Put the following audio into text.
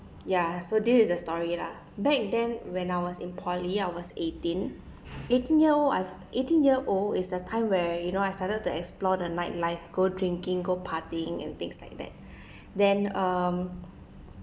ya so this is the story lah back then when I was in poly I was eighteen eighteen year old I eighteen year old is the time where you know I started to explore the nightlife go drinking go partying and things like that then um